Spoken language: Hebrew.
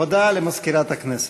הודעה למזכירת הכנסת.